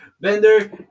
Bender